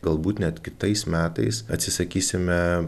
galbūt net kitais metais atsisakysime